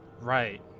Right